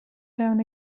down